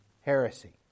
heresy